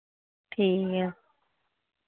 ठीक ऐ